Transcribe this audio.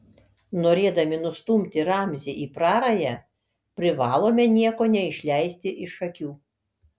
norėdami nustumti ramzį į prarają privalome nieko neišleisti iš akių